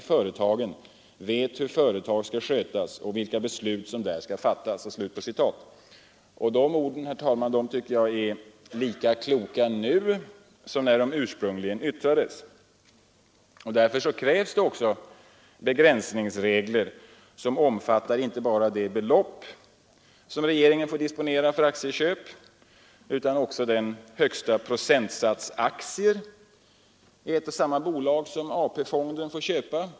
i företagen vet hur företag skall skötas och vilka beslut som där skall fattas.” Dessa ord, herr talman, är lika kloka nu som när de ursprungligen yttrades. Därför krävs att begränsningsreglerna omfattar inte bara det belopp som regeringen får disponera för aktieköp utan även den högsta procentsats aktier i ett och samma bolag som AP-fonden får köpa.